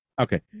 Okay